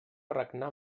regnar